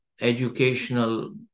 educational